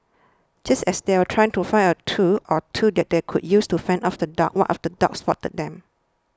just as they were trying to find a tool or two that they could use to fend off the dogs one of the dogs spotted them